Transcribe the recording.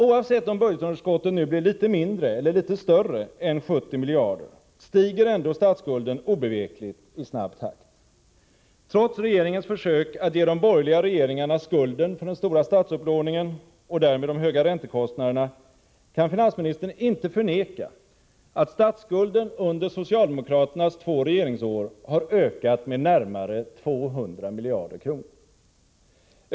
Oavsett om nu budgetunderskottet blir litet mindre eller litet större än 70 miljarder stiger statsskulden obevekligt i snabb takt. Trots att regeringen nu försöker ge de borgerliga regeringarna skulden för den stora statsupplåningen och därmed de höga räntekostnaderna kan finansministern inte förneka att statsskulden under socialdemokraternas två regeringsår ökat med närmare 200 miljarder kronor.